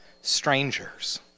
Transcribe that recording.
strangers